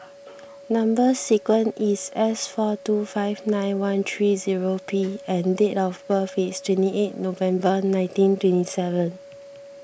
Number Sequence is S four two five nine one three zero P and date of birth is twenty eight November nineteen twenty seven